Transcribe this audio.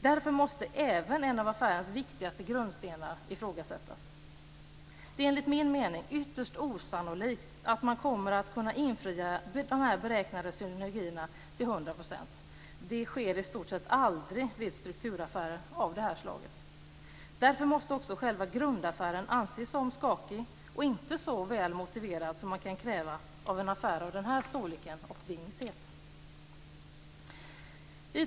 Därför måste även en av affärens viktigaste grundstenar ifrågasättas. Det är enligt min mening ytterst osannolikt att man kommer att kunna infria beräknade synergier till hundra procent. Det sker i stort sett aldrig vid strukturaffärer av det här slaget. Därför måste också själva grundaffären anses som skakig och inte så väl motiverad som man kan kräva av en affär av denna storlek och dignitet. Fru talman!